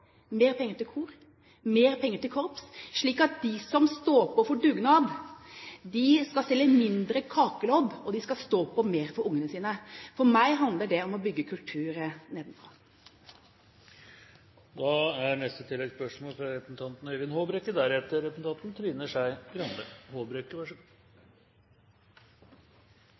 mer penger til kor, mer penger til korps, slik at de som står på for dugnad, skal selge mindre kakelodd og stå på mer for ungene sine. For meg handler det om å bygge kultur nedenfra. Øyvind Håbrekke – til oppfølgingsspørsmål. Vi som jobber med kultur, får jo mange henvendelser fra